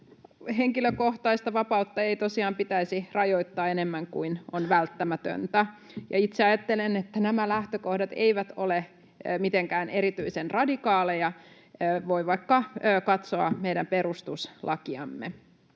henkilökohtaista vapautta ei tosiaan pitäisi rajoittaa enemmän kuin on välttämätöntä. Itse ajattelen, että nämä lähtökohdat eivät ole mitenkään erityisen radikaaleja — voi vaikka katsoa meidän perustuslakiamme.